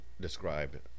describe